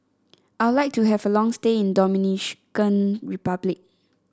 I would like to have a long stay in Dominican Republic